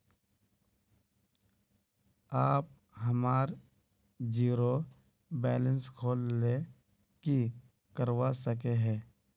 आप हमार zero balance खोल ले की करवा सके है?